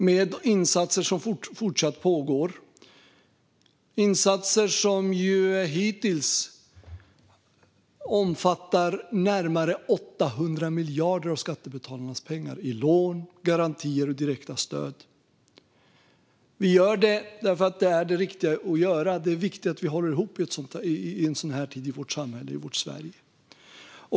Det är fråga om insatser som fortfarande pågår och som hittills omfattat närmare 800 miljarder av skattebetalarnas pengar i lån, garantier och direkta stöd. Vi gör detta därför att det är det riktiga att göra. Det är viktigt att vi håller ihop i en sådan här tid i vårt samhälle, i vårt Sverige.